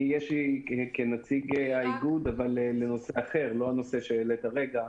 יש לי התייחסות לנושא אחר בסעיף הזה.